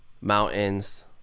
Mountains